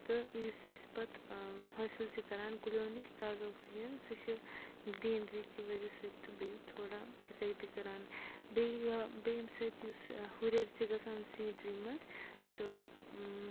تہٕ یُس أسۍ پَتہٕ حٲصل چھِ کران کُلیو نِش تازٕ اوکسِجَن سُہ چھُ گریٖنری کہِ وجہ سۭتۍ بیٚیہِ تھوڑا اِفیٚکٹ کران بیٚیہِ یہِ بیٚیہِ ییٚمہِ سۭتۍ یُس ہُریر چھُ گَژھان سیٖنری مَنٛز تہٕ